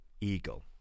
eagle